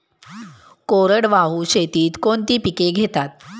कोरडवाहू शेतीत कोणती पिके घेतात?